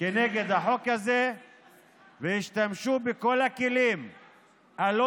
כנגד החוק הזה והשתמשו בכל הכלים הלא-לגיטימיים